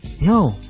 No